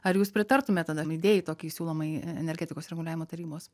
ar jūs pritartumėt tada idėjai tokiai siūlomai energetikos reguliavimo tarybos